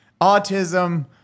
autism